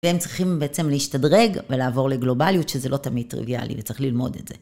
והם צריכים בעצם להשתדרג ולעבור לגלובליות, שזה לא תמיד טריוויאלי, וצריך ללמוד את זה.